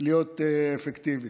להיות אפקטיבית.